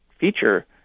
feature